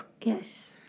Yes